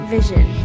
Vision